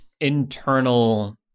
internal